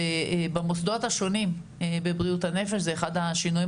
במוסדות השונים בבריאות הנפש זה אחד השינויים